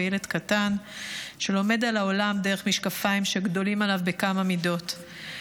וילד קטן שלומד על העולם דרך משקפיים שגדולים עליו בכמה מידות.